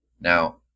Now